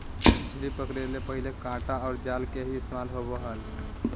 मछली पकड़े ले पहले कांटा आर जाल के ही इस्तेमाल होवो हल